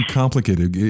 complicated